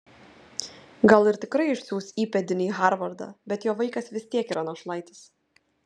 gal ir tikrai išsiųs įpėdinį į harvardą bet jo vaikas vis tiek yra našlaitis